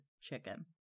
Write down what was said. chicken